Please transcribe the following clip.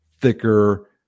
thicker